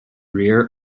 rear